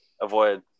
avoid